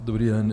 Dobrý den.